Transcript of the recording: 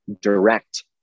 direct